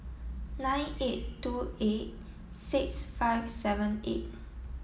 nine eight two eight six five seven eight